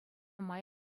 май